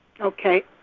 Okay